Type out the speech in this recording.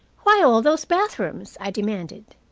why all those bathrooms? i demanded.